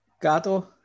Gato